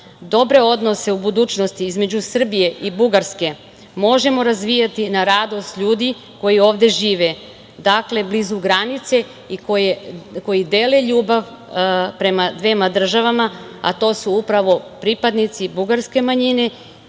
dobre odnose u budućnosti između Srbije i Bugarske možemo razvijati na radost ljudi koji ovde žive, dakle blizu granice, i koji dele ljubav prema dvema država, a to su upravo pripadnici bugarske manjine